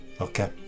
Okay